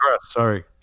Sorry